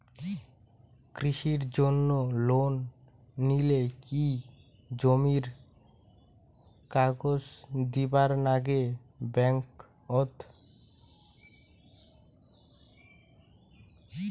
কৃষির জন্যে লোন নিলে কি জমির কাগজ দিবার নাগে ব্যাংক ওত?